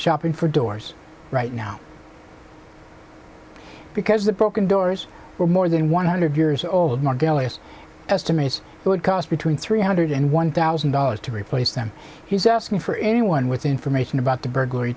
shopping for doors right now because the broken doors are more than one hundred years old margolius estimates it would cost between three hundred and one thousand dollars to replace them he's asking for anyone with information about the burglary